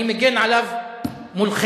אני מגן עליו מולכם,